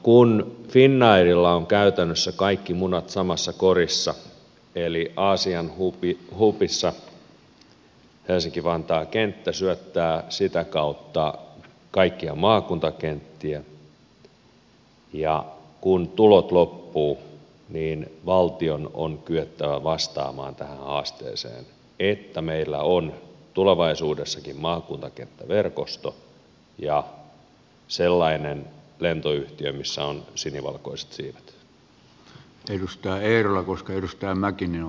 kun finnairilla on käytännössä kaikki munat samassa korissa eli aasian hubissa helsinki vantaan kenttä syöttää sitä kautta kaikkia maakuntakenttiä niin kun tulot loppuvat valtion on kyettävä vastaamaan tähän haasteeseen että meillä on tulevaisuudessakin maakuntakenttäverkosto ja sellainen lentoyhtiö missä on sinivalkoiset siivet